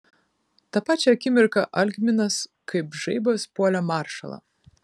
tą pačią akimirką algminas kaip žaibas puolė maršalą